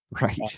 Right